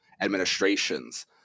administrations